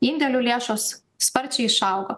indėlių lėšos sparčiai išaugo